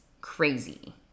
crazy